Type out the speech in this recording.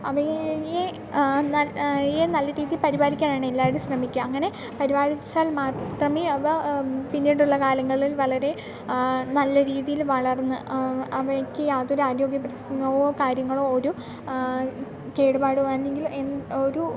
അവയെ അവയെ നല്ല രീതിയിൽ പരിപാലിക്കാനാണ് എല്ലാവരും ശ്രമിക്കുക അങ്ങനെ പരിപാലിച്ചാൽ മാത്രമേ അവ പിന്നീടുള്ള കാലങ്ങളിൽ വളരെ നല്ല രീതിയിൽ വളർന്ന് അവയ്ക്ക് യാതൊരു ആരോഗ്യ പ്രശ്നങ്ങളോ കാര്യങ്ങളോ ഒരു കേടുപാടോ അല്ലെങ്കിൽ ഒരു